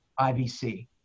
IVC